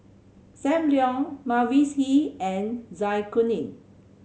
Sam Leong Mavis Hee and Zai Kuning